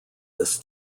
this